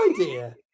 idea